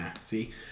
see